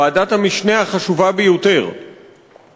ועדת המשנה החשובה ביותר,